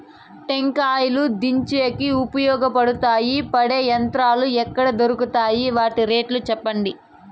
టెంకాయలు దించేకి ఉపయోగపడతాయి పడే యంత్రాలు ఎక్కడ దొరుకుతాయి? వాటి రేట్లు చెప్పండి?